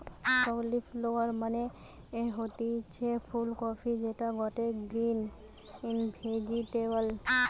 cauliflower মানে হতিছে ফুল কপি যেটা গটে গ্রিন ভেজিটেবল